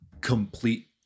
complete